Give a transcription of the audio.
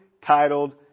titled